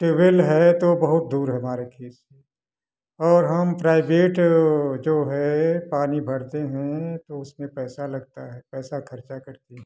tubewell है तो वो बहुत दूर है हमारे खेत से और हम प्राइवेट जो है पानी भरते हैं तो उसमें पैसा लगता है पैसा खर्चा करते हैं